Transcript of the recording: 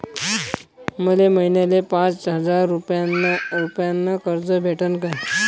मले महिन्याले पाच हजार रुपयानं कर्ज भेटन का?